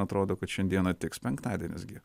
atrodo kad šiandieną tiks penktadienis gi